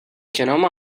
genoma